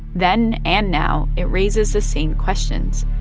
then and now, it raises the same questions.